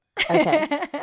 okay